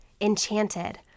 enchanted